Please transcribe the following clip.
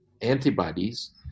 antibodies